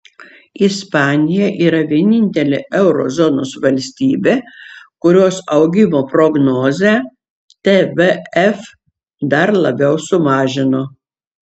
ispanija yra vienintelė euro zonos valstybė kurios augimo prognozę tvf dar labiau sumažino